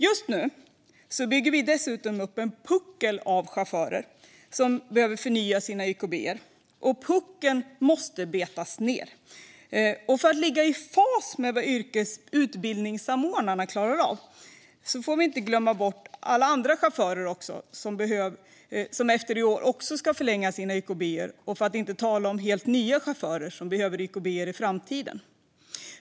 Just nu bygger vi upp en puckel av chaufförer som behöver förnya sina YKB, och puckeln måste betas ned. För att ligga i fas med vad utbildningssamordnarna klarar av får vi inte glömma bort alla andra chaufförer som efter i år också ska förlänga sina YKB, för att inte tala om helt nya chaufförer som behöver YKB i framtiden.